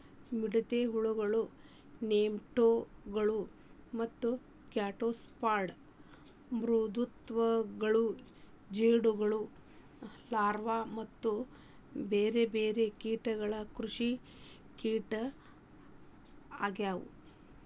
ಮಿಡತೆ ಹುಳಗಳು, ನೆಮಟೋಡ್ ಗಳು ಮತ್ತ ಗ್ಯಾಸ್ಟ್ರೋಪಾಡ್ ಮೃದ್ವಂಗಿಗಳು ಜೇಡಗಳು ಲಾರ್ವಾ ಮತ್ತ ಬೇರ್ಬೇರೆ ಕೇಟಗಳು ಕೃಷಿಕೇಟ ಆಗ್ಯವು